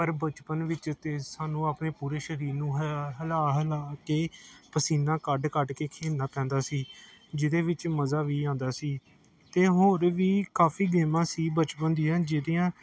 ਪਰ ਬਚਪਨ ਵਿੱਚ ਤਾਂ ਸਾਨੂੰ ਆਪਣੇ ਪੂਰੇ ਸਰੀਰ ਨੂੰ ਹਹ ਹਿਲਾ ਹਿਲਾ ਕੇ ਪਸੀਨਾ ਕੱਢ ਕੱਢ ਕੇ ਖੇਡਣਾ ਪੈਂਦਾ ਸੀ ਜਿਹਦੇ ਵਿੱਚ ਮਜ਼ਾ ਵੀ ਆਉਂਦਾ ਸੀ ਅਤੇ ਹੋਰ ਵੀ ਕਾਫੀ ਗੇਮਾਂ ਸੀ ਬਚਪਨ ਦੀਆਂ ਜਿਹੜੀਆਂ